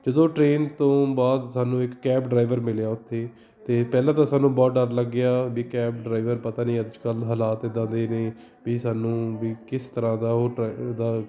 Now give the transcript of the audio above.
ਜਦੋਂ ਟ੍ਰੇਨ ਤੋਂ ਬਾਅਦ ਸਾਨੂੰ ਇੱਕ ਕੈਬ ਡਰਾਈਵਰ ਮਿਲਿਆ ਉੱਥੇ ਅਤੇ ਪਹਿਲਾਂ ਤਾਂ ਸਾਨੂੰ ਬਹੁਤ ਡਰ ਲੱਗਿਆ ਵੀ ਕੈਬ ਡਰਾਈਵਰ ਪਤਾ ਨਹੀਂ ਅੱਜ ਕੱਲ੍ਹ ਹਾਲਾਤ ਇੱਦਾਂ ਦੇ ਨੇ ਵੀ ਸਾਨੂੰ ਵੀ ਕਿਸ ਤਰ੍ਹਾਂ ਦਾ ਡਰਾਈ ਉਹ ਦਾ